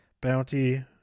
bounty